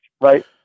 right